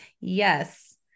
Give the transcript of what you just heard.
Yes